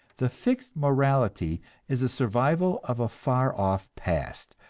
the fixed morality is a survival of a far-off past,